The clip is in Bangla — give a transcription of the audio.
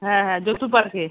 হ্যাঁ হ্যাঁ যোধপুর পার্কে